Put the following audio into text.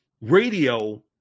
radio